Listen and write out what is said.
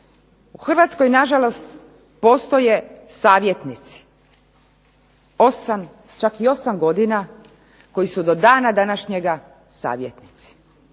U Hrvatskoj nažalost postoje savjetnici, čak i 8 godina koji su do dana današnjega savjetnici.